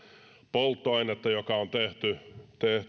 polttoainetta joka on tehty